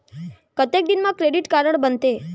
कतेक दिन मा क्रेडिट कारड बनते?